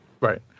Right